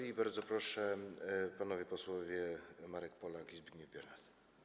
I bardzo proszę, panowie posłowie Marek Polak i Zbigniew Biernat.